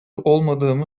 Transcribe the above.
olmadığımı